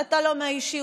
אתה לא מהיישוב?